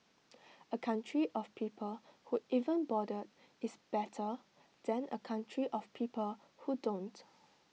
A country of people who even bother is better than A country of people who don't